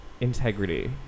integrity